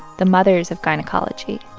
the mothers of gynecology,